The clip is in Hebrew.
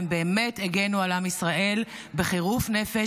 והם באמת הגנו על עם ישראל בחירוף נפש.